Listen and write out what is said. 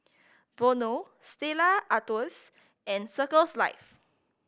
Vono Stella Artois and Circles Life